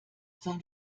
sein